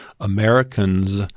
Americans